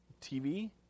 TV